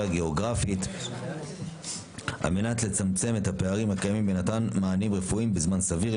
הגיאוגרפית על מנת לצמצם את הפערים הקיימים ומתן מענים רפואיים בזמן סביר.